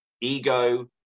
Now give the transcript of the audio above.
ego